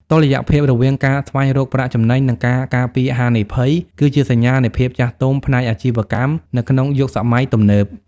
តុល្យភាពរវាង "ការស្វែងរកប្រាក់ចំណេញ" និង "ការការពារហានិភ័យ" គឺជាសញ្ញានៃភាពចាស់ទុំផ្នែកអាជីវកម្មនៅក្នុងយុគសម័យទំនើប។